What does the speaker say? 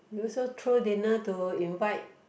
we also throw dinner to invite